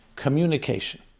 communication